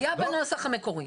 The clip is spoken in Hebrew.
זה היה בנוסח המקורי.